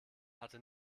hatte